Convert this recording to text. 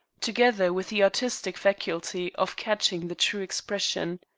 together with the artistic faculty of catching the true expression.